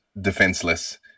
defenseless